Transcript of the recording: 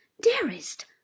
dearest